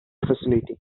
facility